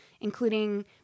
including